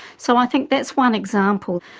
so i think that's one example.